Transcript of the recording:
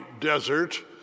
Desert